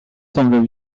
semble